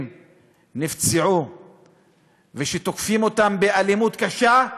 נפצעו ושתוקפים אותם באלימות קשה,